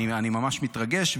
אני ממש מתרגש,